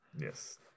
Yes